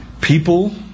People